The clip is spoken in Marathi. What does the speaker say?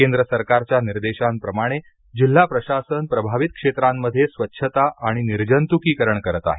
केंद्र सरकारच्या निर्देशाप्रमाणे जिल्हा प्रशासन प्रभावित क्षेत्रामध्ये स्वच्छता आणि निर्जंतुकीकरण करत आहे